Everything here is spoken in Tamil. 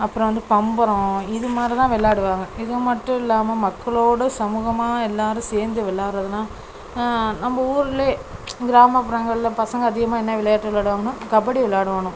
அப்புறம் வந்து பம்பரம் இதுமாதிரி தான் விளாடுவாங்க இது மட்டும் இல்லாமல் மக்களோட சமூகமாக எல்லாரும் சேர்ந்து விள்லாட்றதுனா நம்ப ஊர்லையே கிராமப்புறங்களில் பசங்க அதிகமாக என்ன விளையாட்டு விளாடுவாங்கன்னா கபடி விளாடுவானுவோ